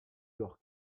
york